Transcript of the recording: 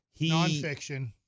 Nonfiction